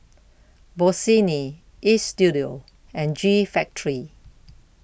Bossini Istudio and G Factory